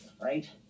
right